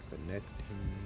connecting